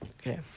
Okay